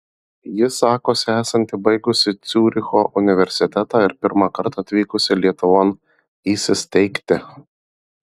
ji sakosi esanti baigusi ciuricho universitetą ir pirmąkart atvykusi lietuvon įsisteigti